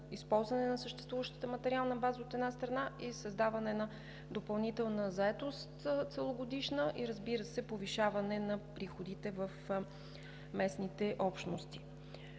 използване на съществуващата материална база, от една страна, и създаване на допълнителна целогодишна заетост, и, разбира се, повишаване на приходите в местните общности.